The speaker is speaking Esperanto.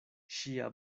ŝia